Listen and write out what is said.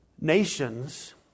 nations